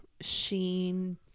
sheen